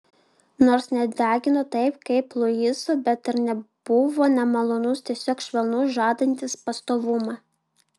nors nedegino taip kaip luiso bet ir nebuvo nemalonus tiesiog švelnus žadantis pastovumą